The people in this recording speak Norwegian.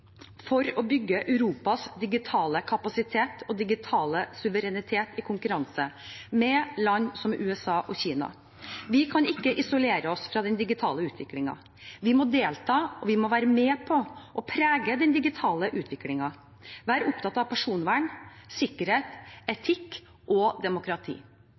for å bygge Europas digitale kapasitet og digitale suverenitet i konkurranse med land som USA og Kina. Vi kan ikke isolere oss fra den digitale utviklingen. Vi må delta og være med på å prege den digitale utviklingen, være opptatt av personvern, sikkerhet, etikk og demokrati,